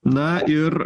na ir